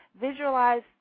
visualize